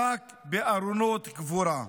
רק בארונות קבורה.